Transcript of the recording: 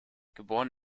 geboren